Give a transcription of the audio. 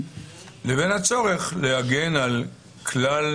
לבין הצורך להגן על כלל